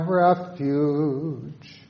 refuge